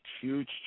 huge